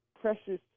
precious